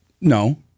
No